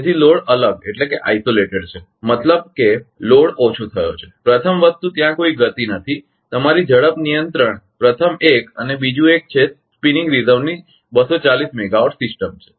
તેથી લોડ અલગ છે મતલબ કે ભારલોડ ઓછો થયો છે પ્રથમ વસ્તુ ત્યાં કોઈ ગતિ નથી તમારી ઝડપ નિયંત્રણ પ્રથમ એક અને બીજું એક છે જે સ્પિનિંગ રિઝર્વની 240 મેગાવોટ સિસ્ટમ છે